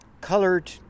colored